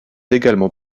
également